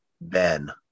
Ben